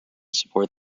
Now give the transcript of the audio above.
support